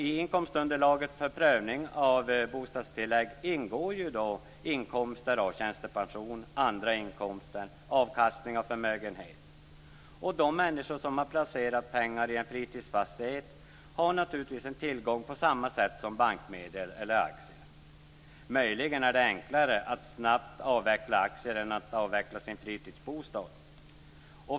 I inkomstunderlaget för prövning av bostadstillägg ingår inkomst av tjänstepension, annan inkomst och avkastning av förmögenhet. De människor som har placerat pengar i en fritidsfastighet har naturligtvis en tillgång på samma sätt som bankmedel eller aktier. Möjligen är det enklare att snabbt avveckla aktier än att avveckla sin fritidsbostad.